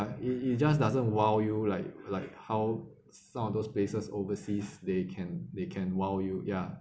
it it just doesn't !wow! you like like how some of those places overseas they can they can !wow! you ya